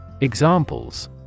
Examples